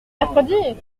mercredis